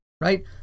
right